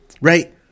right